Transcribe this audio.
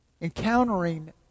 encountering